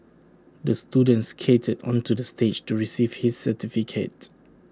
the student skated onto the stage to receive his certificate